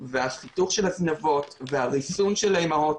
והחיתוך של הזנבות והריסון של האימהות,